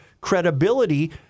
credibility